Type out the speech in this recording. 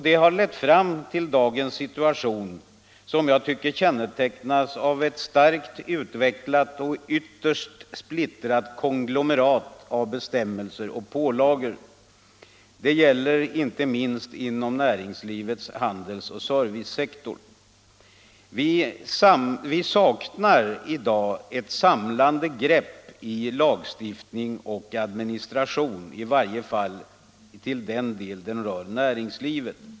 Det har lett fram till dagens situation, som jag tycker kännetecknas av ett starkt utvecklat och ytterst splittrat konglomerat av bestämmelser och pålagor. Det gäller inte minst inom näringslivets handelsoch servicesektor. Vi saknar i dag ett samlande grepp inom lagstiftning och administration, i varje fall till den del dessa rör näringslivet.